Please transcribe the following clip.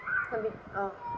herbi~ orh